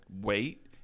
wait